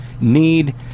need